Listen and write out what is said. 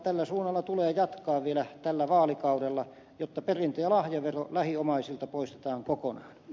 tällä suunnalla tulee jatkaa vielä tällä vaalikaudella jotta perintö ja lahjavero lähiomaisilta poistetaan kokonaan